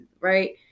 right